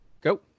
go